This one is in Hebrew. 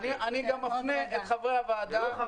אני גם מפנה את חברי הוועדה -- אתה לא מכבד אותי.